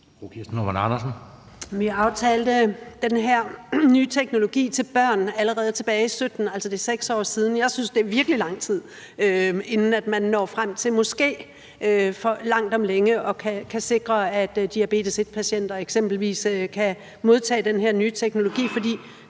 en aftale om den her nye teknologi til børn allerede tilbage 2017. Altså, det er 6 år siden. Jeg synes, der er gået virkelig lang tid, inden man måske når frem til langt om længe at kunne sikre, at eksempelvis patienter med type 1-diabetes kan modtage den her nye teknologi. Det,